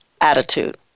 attitude